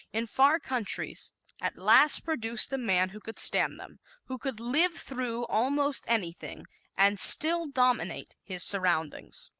in far countries at last produced a man who could stand them, who could live through almost anything and still dominate his surroundings.